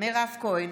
מירב כהן,